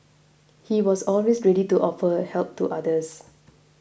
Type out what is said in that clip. he was always ready to offer help to others